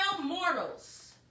mortals